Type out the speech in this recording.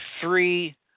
three